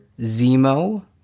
Zemo